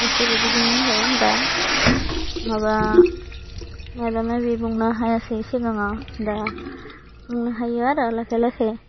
गासिबो बुजि मोनबाय दा माबा मायबा माबि बुंनो हायासै सिगाङाव दा बुंनो हायो आरो लासै लासै